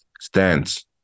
stance